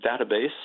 database